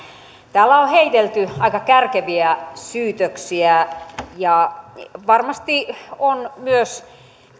täällä on heitelty aika kärkeviä syytöksiä ja varmasti on myös